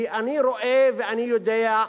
כי אני רואה, ואני יודע,